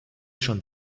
schon